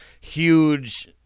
huge